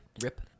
Rip